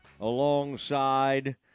alongside